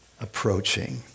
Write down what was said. approaching